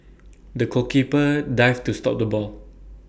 the goalkeeper dived to stop the ball